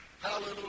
Hallelujah